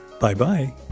Bye-bye